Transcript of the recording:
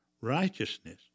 Righteousness